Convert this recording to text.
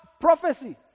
prophecy